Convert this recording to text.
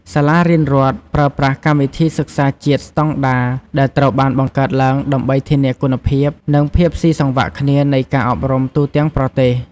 សាលារៀនរដ្ឋប្រើប្រាស់កម្មវិធីសិក្សាជាតិស្តង់ដារ ដែលត្រូវបានបង្កើតឡើងដើម្បីធានាគុណភាព និងភាពស៊ីសង្វាក់គ្នានៃការអប់រំទូទាំងប្រទេស។